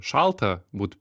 šalta būt